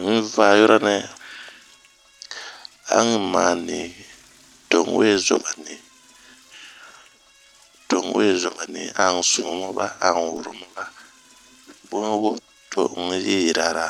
n'yi va yurɔ nɛ,a n'ma ni, to n'we zobani a n'sumu maba a n'woro maba. Bun yi wo yo n'yi yirara.